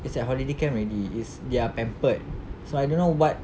it's like holiday camp already is they are pampered so I don't know what